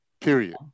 Period